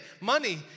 Money